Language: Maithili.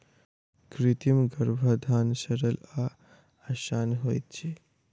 कृत्रिम गर्भाधान सरल आ आसान होइत छै